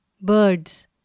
birds